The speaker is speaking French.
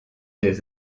des